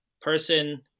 person